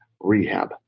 rehab